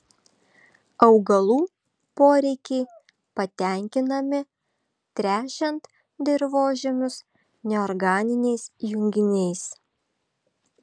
augalų poreikiai patenkinami tręšiant dirvožemius neorganiniais junginiais